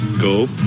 go